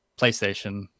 PlayStation